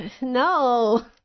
No